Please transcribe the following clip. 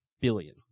billion